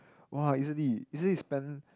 [wah] easily easily you spend